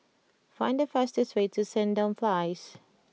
find the fastest way to Sandown Place